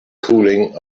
cooling